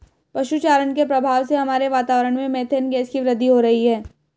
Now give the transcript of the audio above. पशु चारण के प्रभाव से हमारे वातावरण में मेथेन गैस की वृद्धि हो रही है